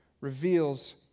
reveals